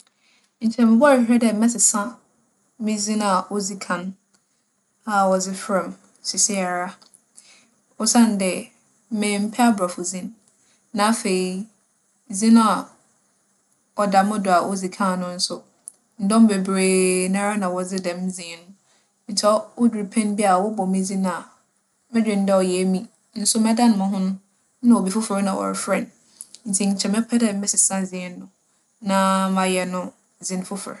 Nkyɛ mobͻhwehwɛ dɛ mɛsesa me dzin a odzi kan a wͻdze frɛ me seseiara osiandɛ memmpɛ Aborͻfo dzin. Na afei, dzin a ͻda mo do a odzi kan no so, ndͻm beberee nara na wͻdze dɛm dzin no. Ntsi odur pɛn bi a wͻbͻ me dzin a, modwen dɛ ͻyɛ emi, nso mɛdan moho no, nna obi fofor na wͻrefrɛ no Ntsi nkyɛ mɛpɛ dɛ mɛsesa dzin no, na mayɛ no dzin fofor.